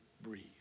breathe